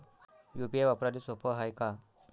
UPI वापराले सोप हाय का?